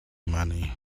money